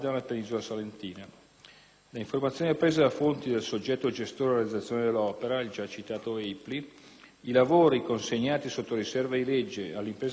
Da informazioni apprese da fonti del soggetto gestore della realizzazione dell'opera, il già citato EIPLI, i lavori, consegnati sotto riserva di legge all'impresa affidataria in data